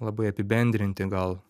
labai apibendrinti gal